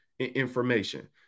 information